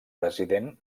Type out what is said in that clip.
president